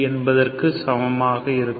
என்பதற்கு சமமாகும்